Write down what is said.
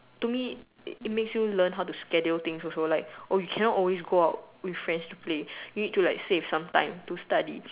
to me it it makes you learn how to schedule things also like oh you cannot always go out with friends to play you need to like save some time to study